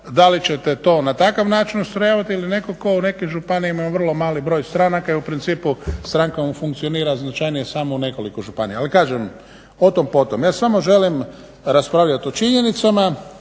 Da li ćete to na takav način ustrojavati ili netko tko u nekim županijama ima vrlo mali broj stranaka i u principu stranka mu funkcionira značajnije samo u nekoliko županije. Ali kažem, o tom po tom. Ja samo želim raspravljat o činjenicama.